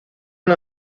una